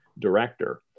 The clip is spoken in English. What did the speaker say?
director